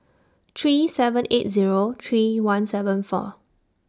three seven eight Zero three one seven four